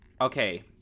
Okay